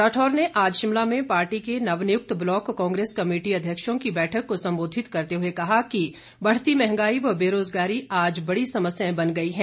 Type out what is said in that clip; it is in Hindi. राठौर ने आज शिमला में पार्टी के नवनियुक्त ब्लॉक कांग्रेस कमेटी अध्यक्षों की बैठक को संबोधित करते हुए कहा कि बढ़ती महंगाई व बेरोजगारी आज बड़ी समस्याएं बन गई हैं